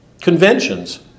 conventions